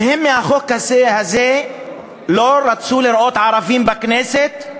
באמצעות החוק הזה הם לא רצו לראות ערבים בכנסת,